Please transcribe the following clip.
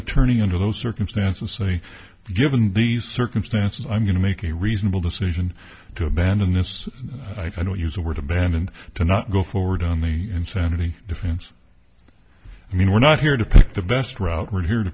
attorney under those circumstances say given the circumstances i'm going to make a reasonable decision to abandon this i don't use the word abandoned to not go forward on the insanity defense i mean we're not here to pick the best route we're here to